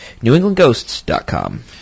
NewEnglandGhosts.com